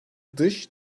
dış